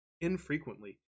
infrequently